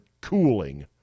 cooling